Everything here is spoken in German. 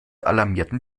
alarmierten